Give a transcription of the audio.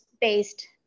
based